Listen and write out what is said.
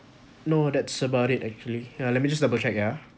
no that's about it actually yeah let me just double check yeah